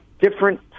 different